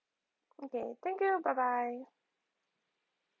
okay thank you bye bye